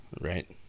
right